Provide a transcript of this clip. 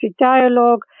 dialogue